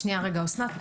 שנייה, רגע, אסנת.